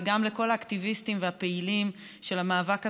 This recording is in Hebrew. וגם לכל האקטיביסטים והפעילים של המאבק הזה,